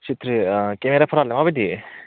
सिथ्रि अ केमेराफोरालाय माबायदि